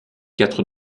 quatre